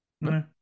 No